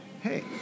hey